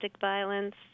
violence